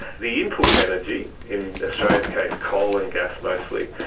the input energy, in australia's case coal and gas mostly,